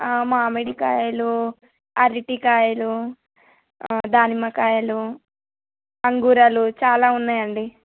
మామిడికాయలు అరటికాయలు దానిమ్మకాయలు అంగూర్లు చాలా ఉన్నాయండి